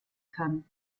kann